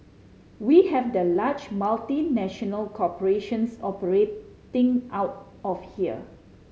we have the large multinational corporations operating out of here